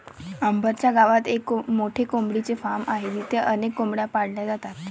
अंबर च्या गावात एक मोठे कोंबडीचे फार्म आहे जिथे अनेक कोंबड्या पाळल्या जातात